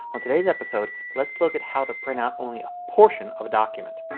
on today's episode let's look at how to print out only a portion of a document.